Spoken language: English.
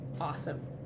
awesome